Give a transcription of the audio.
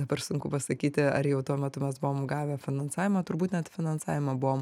dabar sunku pasakyti ar jau tuo metu mes buvom gavę finansavimą turbūt net finansavimą buvom